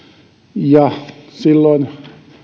silloin